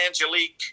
Angelique